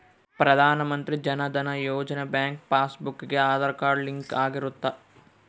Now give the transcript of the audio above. ಪ್ರಧಾನ Mantri Jan Dhan Yojana bank passbook ಗೆ Aadhaar card link ಆಗಿರುತ್ತ